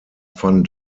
van